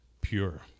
pure